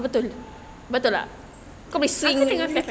betul ah